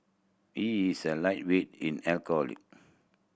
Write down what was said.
he is a lightweight in alcohol